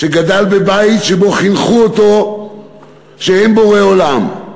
גדל בבית שבו חינכו אותו שאין בורא עולם,